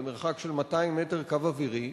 במרחק של 200 מטר בקו אווירי,